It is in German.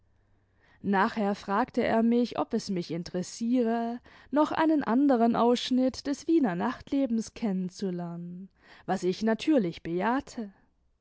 nachher fragte er mich ob es mich interessiere noch einen anderen ausschnitt des wiener nachtlebens kennen zu lernen was ich natürlich bejahte